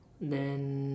then